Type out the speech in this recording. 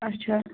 اچھا